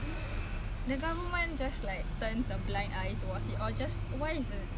no seriously like white always have the privilege I mean guys always have the privilege